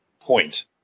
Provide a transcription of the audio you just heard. point